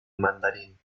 mandarín